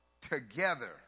together